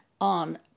on